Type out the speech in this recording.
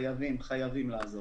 חייבים לעזור.